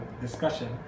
discussion